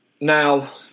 Now